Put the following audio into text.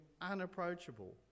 unapproachable